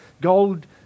Gold